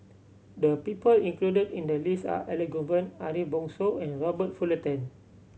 the people included in the list are Elangovan Ariff Bongso and Robert Fullerton